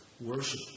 worship